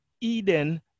Eden